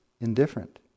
indifferent